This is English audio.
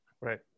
Right